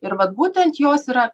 ir vat būtent jos yra